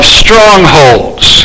strongholds